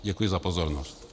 Děkuji za pozornost.